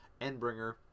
Endbringer